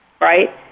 right